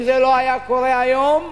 אם זה לא היה קורה היום,